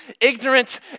ignorance